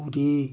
Puri